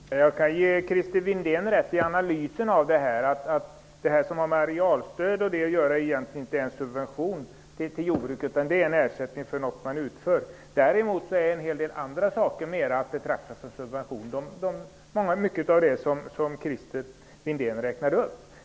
Herr talman! Jag kan ge Christer Windén rätt i analysen av detta. Det som har med arealstöd att göra är egentligen inte en subvention till jordbruket. Det är en ersättning för något man utför. Däremot är en hel del andra saker mer att betrakta som subventioner. Det gällde många av de saker som Christer Windén räknade upp.